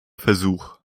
versuch